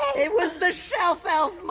it was the shelf elf